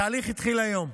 התהליך התחיל היום.